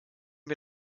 wir